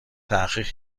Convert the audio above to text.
تحقیق